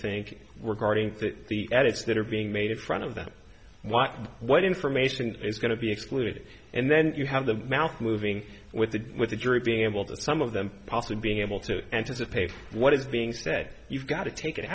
think we're guarding the edits that are being made in front of them what what information is going to be excluded and then you have the mouth moving with the with the jury being able to some of them pass and being able to anticipate what is being said you've got to take it